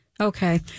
Okay